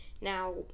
Now